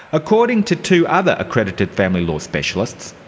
according to two other accredited family law specialists,